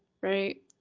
right